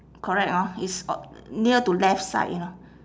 correct hor it's o~ near to left side you know